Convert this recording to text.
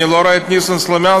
אני לא רואה את ניסן סלומינסקי,